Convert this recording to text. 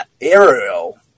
Aerial